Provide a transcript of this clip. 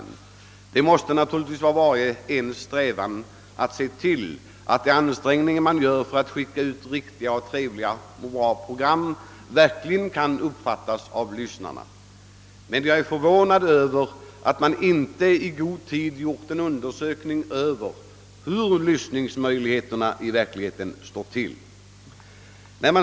När man anstränger sig att sända trevliga och bra program måste naturligtvis strävan vara att se till att de verkligen kan uppfattas av lyssnarna. Men det förvånar mig att man inte i god tid undersökt hur det i verkligheten ligger till med lyssningsmöjligheterna.